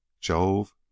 Jove